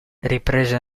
riprese